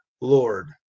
Lord